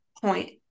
point